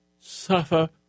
suffer